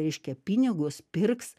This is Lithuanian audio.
reiškia pinigus pirks